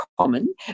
common